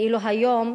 ואילו היום,